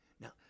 Now